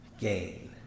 gain